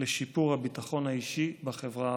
לשיפור הביטחון האישי בחברה הערבית.